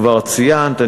כבר ציינת,